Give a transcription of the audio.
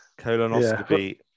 Colonoscopy